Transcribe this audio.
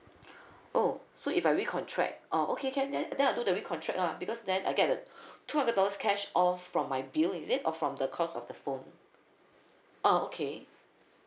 oh so if I re-contract oh okay can then then I do the re-contract lah because then I get a two hundred cash off from my bill is it or from the cost of the phone oh okay